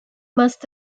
must